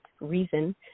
reason